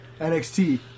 NXT